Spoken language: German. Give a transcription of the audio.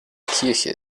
kirche